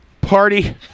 Party